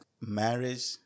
marriage